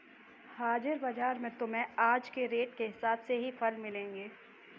हाजिर बाजार में तुम्हें आज के रेट के हिसाब से ही फल मिलेंगे